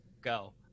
go